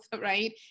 right